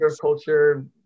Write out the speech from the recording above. culture